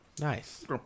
Nice